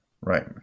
Right